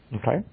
Okay